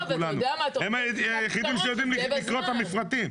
הם היחידים שיודעים לקרוא את המפרטים.